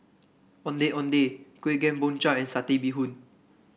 Ondeh Ondeh Kueh Kemboja and Satay Bee Hoon